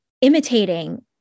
imitating